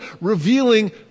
revealing